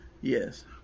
Yes